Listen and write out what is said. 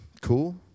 Cool